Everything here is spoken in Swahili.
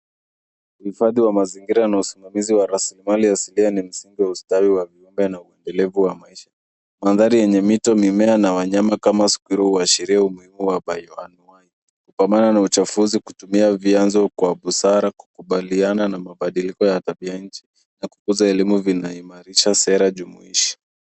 Hifadhi wa mazingira na usimamizi wa rasilimali ya asilia ni msimbe wa ustawi na viumbe na upelevu wa maisha. Mandhari yenye mito, mimea na wanyama kama squirrel huashiria umuhimu wa baiwai, kwa maana na uchafuzi kutumia vyanzo kwa busara kukubaliana na mabadiliko ya tabia ya nchi na kukuza elimu vinaimarisha sera jumuishi.